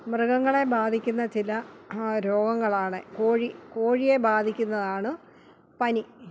മൃഗങ്ങളെ ബാധിക്കുന്ന ചില രോഗങ്ങളാണ് കോഴി കോഴിയെ ബാധിക്കുന്നതാണ് പനി